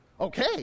Okay